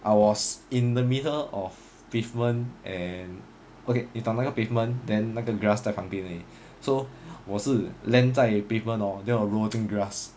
I was in the middle of pavement and okay 你懂那个 pavement then 那个 grass 在旁边而已 so 我是 land 在 pavement hor then 我 roll 进 grass